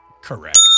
correct